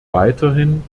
weiterhin